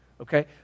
okay